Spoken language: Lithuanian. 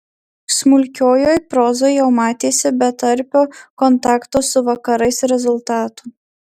smulkiojoj prozoj jau matėsi betarpio kontakto su vakarais rezultatų